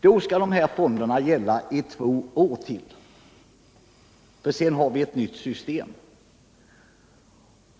Då skall alltså denna fond gälla i två år till, innan vi får det nya systemet.